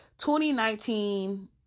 2019